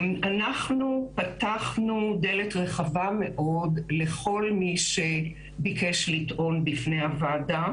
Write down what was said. אנחנו פתחנו דלת רחבה מאוד לכל מי שביקש לטעון בפני הוועדה,